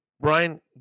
Brian